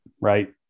Right